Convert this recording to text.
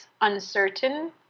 uncertain